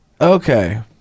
Okay